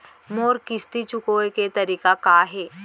मोर किस्ती चुकोय के तारीक का हे?